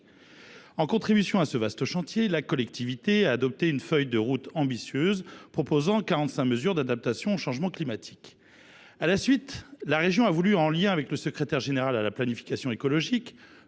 En contribution à ce vaste chantier, la collectivité a adopté une feuille de route ambitieuse proposant quarante cinq mesures d’adaptation au changement climatique. Par la suite, la région a voulu, en lien avec le secrétariat général à la planification écologique,